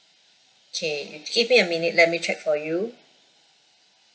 K you give me a minute let me check for you